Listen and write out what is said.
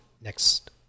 next